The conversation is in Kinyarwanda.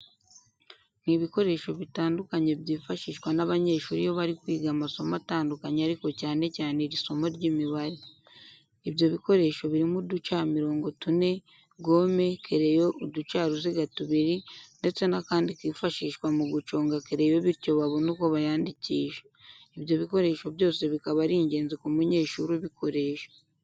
Ni ibikoresho bitandukanye byifashishwa n'abanyeshuri iyo bari kwiga amasomo atandukanye ariko cyane cyane isimo ry'Imibare. ibyo bikoresho birimo uducamirongo tune, gome, kereyo, uducaruziga tubiri ndetse n'akandi kifashishwa mu guconga kereyo bityo babone uko bayandikisha. Ibyo bikoresho byose bikaba ari ingenzi ku munyeshuri ubikoresha.